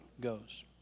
goes